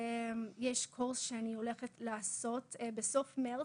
יש קורס שאני הולכת לעשות בסוף חודש מרץ.